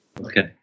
Okay